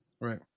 Right